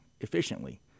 efficiently